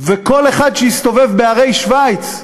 כל אחד שיסתובב בערי שווייץ,